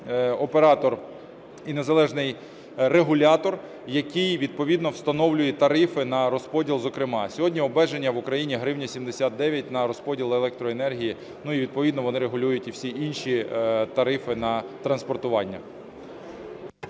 оператор і незалежний регулятор, який відповідно встановлює тарифи на розподіл зокрема. Сьогодні обмеження в Україні 1 гривня 79 на розподіл електроенергії. І відповідно вони регулюють і всі інші тарифи на транспортування.